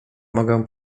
mogę